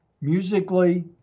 musically